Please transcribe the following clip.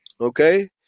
Okay